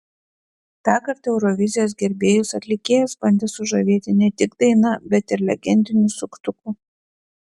tąkart eurovizijos gerbėjus atlikėjas bandė sužavėti ne tik daina bet ir legendiniu suktuku